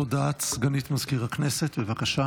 הודעת סגנית מזכיר הכנסת, בבקשה.